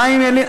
חיים ילין,